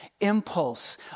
impulse